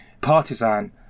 partisan